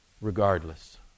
regardless